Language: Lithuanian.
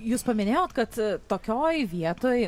jūs paminėjot kad tokioj vietoj